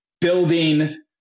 building